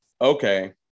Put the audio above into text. okay